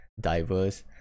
diverse